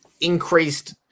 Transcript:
increased